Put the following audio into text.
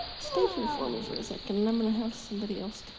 stay here for me for a second and i'm gonna have somebody else